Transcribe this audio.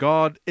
God